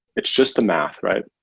it's just the math, right?